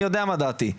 אני יודע מה דעתי,